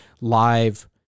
live